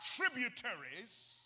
tributaries